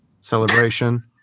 celebration